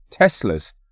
Teslas